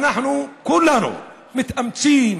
אנחנו כולנו מתאמצים,